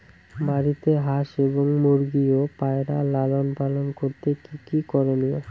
বাড়িতে হাঁস এবং মুরগি ও পায়রা লালন পালন করতে কী কী করণীয়?